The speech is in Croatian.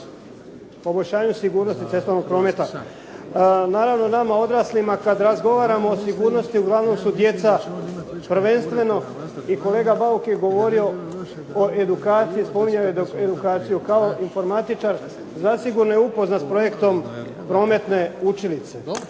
poboljšanju sigurnosti cestovnog prometa. Naravno, nama odraslima kad razgovaramo o sigurnosti uglavnom su djeca prvenstveno i kolega Bauk je govorio o edukaciji, spominjao je edukaciju. Kao informatičar zasigurno je upoznat s projektom prometne učilice